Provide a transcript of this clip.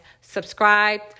Subscribe